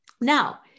Now